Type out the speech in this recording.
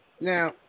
Now